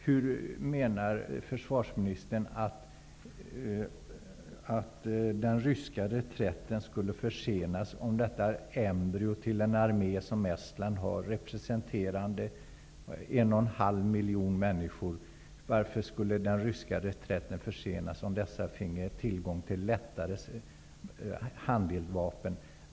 Hur menar försvarsministern att den ryska reträtten skulle försenas, om detta embryo till en armé som Estland har, representerande 1 1/2 miljon människor, finge tillgång till lättare handeldvapen?